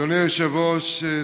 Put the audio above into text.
אדוני היושב-ראש,